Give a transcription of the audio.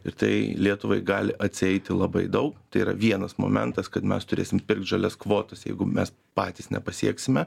ir tai lietuvai gali atsieiti labai daug tai yra vienas momentas kad mes turėsim pirkt žalias kvotas jeigu mes patys nepasieksime